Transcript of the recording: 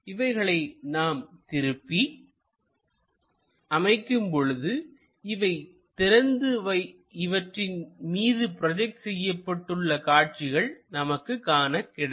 இவைகளை நான் திருப்பி அமைக்கும் பொழுது இவை திறந்து இவற்றின் மீது ப்ரோஜெக்ட் செய்யப்பட்டுள்ள காட்சிகள் நமக்கு காணக் கிடைக்கும்